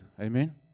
Amen